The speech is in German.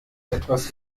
etwas